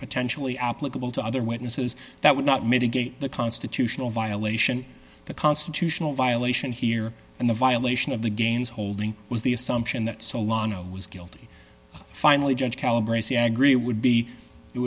potentially applicable to other witnesses that would not mitigate the constitutional violation the constitutional violation here and the violation of the games holding was the assumption that solano was guilty finally judge calibrates the angry would be it